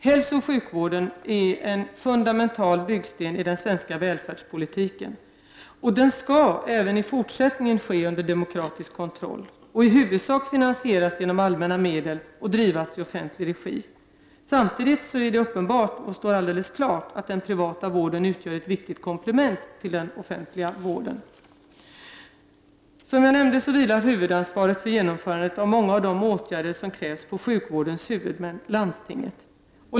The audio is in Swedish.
Hälsooch sjukvården är en fundamental byggsten i den svenska välfärdspolitiken, och den skall även i fortsättningen stå under demokratisk kontroll och i huvudsak finansieras med allmänna medel och drivas i offentlig regi. Samtidigt står det alldeles klart att den privata vården utgör ett viktigt komplement till den offentliga vården. Som jag nämnde vilar huvudansvaret för genomförandet av många av de åtgärder som krävs på sjukvårdens huvudmän, landstingen.